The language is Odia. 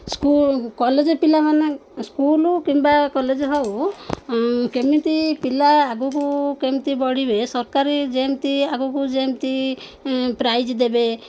ସ୍କୁ କଲେଜ୍ ପିଲାମାନେ ସ୍କୁଲ୍ କିମ୍ବା କଲେଜ୍ ହଉ କେମିତି ପିଲା ଆଗକୁ କେମିତି ବଢ଼ିବେ ସରକାରୀ ଯେମିତି ଆଗକୁ ଯେମିତି ପ୍ରାଇଜ୍ ଦେବେ